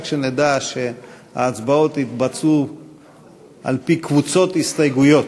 רק שנדע שההצבעות יתבצעו על-פי קבוצות הסתייגויות,